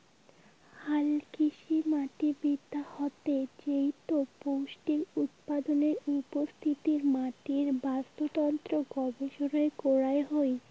হালকৃষিমাটিবিদ্যা হসে যেইটো পৌষ্টিক উপাদানের উপস্থিতি, মাটির বাস্তুতন্ত্র গবেষণা করাং হই